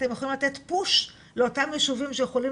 אתם יכולים לתת פוש לאותם ישובים שיכולים